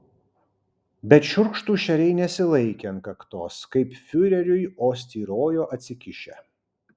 bet šiurkštūs šeriai nesilaikė ant kaktos kaip fiureriui o styrojo atsikišę